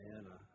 Anna